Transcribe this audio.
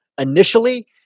initially